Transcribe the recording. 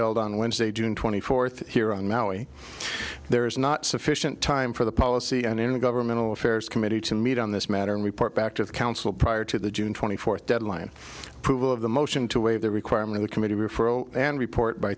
held on wednesday june twenty fourth here on maui there is not sufficient time for the policy and in the governmental affairs committee to meet on this matter and report back to the council prior to the june twenty fourth deadline approval of the motion to waive the requirement of committee referral and report by